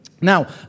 Now